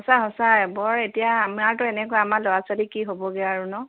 সঁচা সঁচাই বৰ এতিয়া আমাৰটো এনেকুৱা আমাৰ ল'ৰা ছোৱালীৰ কি হ'বগৈ আৰু ন'